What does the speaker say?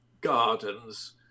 Gardens